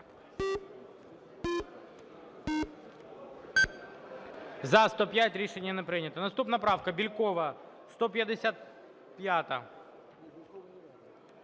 За-105 Рішення не прийнято. Наступна правка - Бєлькова, 155-а.